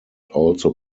also